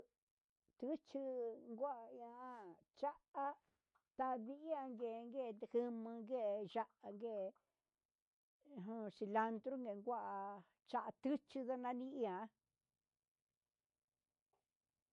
Nuchu ngua ian cha'a tandian nguen ngue ndejumu ne'e ya'á nguee, ujun cilandro che'e ngua cha nduchi nganani ngui ian.